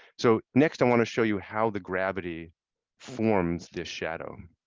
so next, i want to show you how the gravity forms this shadow.